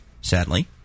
sadly